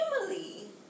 family